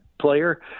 player